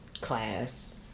class